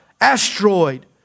Asteroid